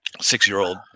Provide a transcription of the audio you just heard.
six-year-old